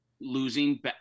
losing